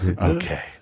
Okay